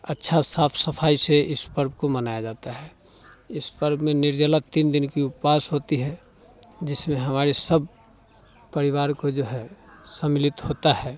अच्छा साफ सफाई से इस पर्व को मनाया जाता है इस पर्व में निर्जला तीन दिन की उपवास होती है जिसमें हमारी सब परिवार को जो है सम्मिलित होता है